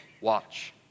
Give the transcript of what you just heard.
watch